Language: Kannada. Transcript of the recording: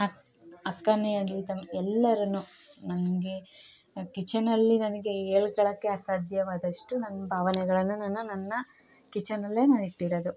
ಅಕ್ಕ ಅಕ್ಕನೇ ಆಗಲಿ ತಂಗಿ ಎಲ್ಲರನ್ನು ನಂಗೆ ಕಿಚನ್ನಲ್ಲಿ ನನಗೆ ಹೇಳ್ಕೊಳಕ್ಕೆ ಅಸಾಧ್ಯವಾದಷ್ಟು ನನ್ನ ಭಾವನೆಗಳನ್ನ ನಾನು ನನ್ನ ಕಿಚನಲ್ಲೆ ನಾ ಇಟ್ಟಿರೊದು